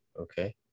Okay